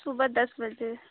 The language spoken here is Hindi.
सुबह दस बजे